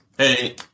Hey